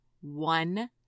one